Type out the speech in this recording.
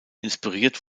inspiriert